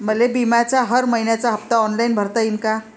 मले बिम्याचा हर मइन्याचा हप्ता ऑनलाईन भरता यीन का?